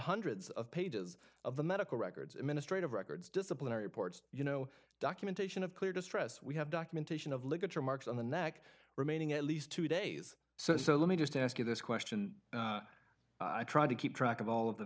hundreds of pages of the medical records administrative records disciplinary ports you know documentation of clear distress we have documentation of ligature marks on the neck remaining at least two days so let me just ask you this question i try to keep track of all of the